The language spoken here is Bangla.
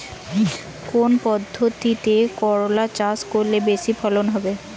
কোন পদ্ধতিতে করলা চাষ করলে বেশি ফলন হবে?